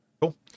Cool